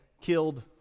killed